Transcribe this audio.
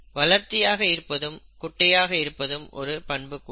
வளர்த்தியாக இருப்பதும் குட்டையாக இருப்பதும் ஒரு பண்புக்கூறு